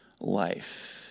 life